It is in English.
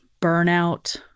burnout